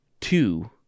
Two